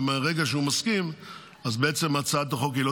ומהרגע שהוא מסכים אז בעצם הצעת החוק היא לא